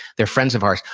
they're friends of ours.